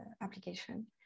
application